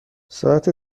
ساعت